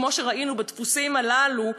כמו שראינו בדפוסים הללו,